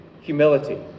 humility